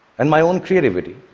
and my own creativity,